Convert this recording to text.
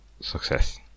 success